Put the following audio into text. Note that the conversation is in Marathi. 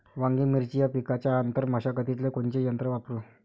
वांगे, मिरची या पिकाच्या आंतर मशागतीले कोनचे यंत्र वापरू?